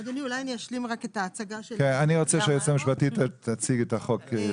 אני רוצה שהיועצת המשפטית תציג את החוק.